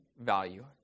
value